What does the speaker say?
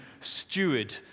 steward